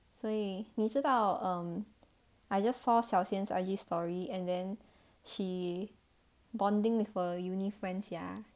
所以你知道小仙 err I_G story and then she bonding with a uni friends ya